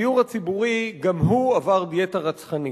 הדיור הציבורי גם הוא עבר דיאטה רצחנית.